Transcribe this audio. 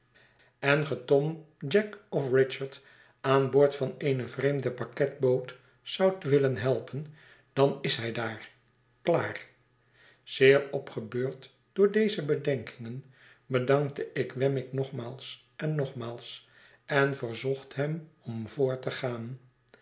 en ge tom jack of richard aan boord van eene vreemde paketboot zoudt willen helpen dan is hij daar klaar zeer opgebeurd door deze bedenkingen be dankte ik wemmick nogmaals en nogmaals en verzocht hem om voort te gaan